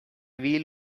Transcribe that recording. wheel